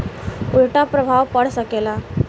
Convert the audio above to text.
उल्टा प्रभाव पड़ सकेला